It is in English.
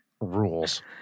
rules